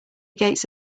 gates